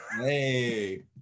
Hey